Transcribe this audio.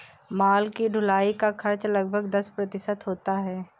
माल की ढुलाई का खर्च लगभग दस प्रतिशत होता है